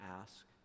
ask